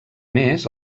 més